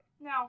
No